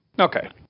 Okay